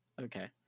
okay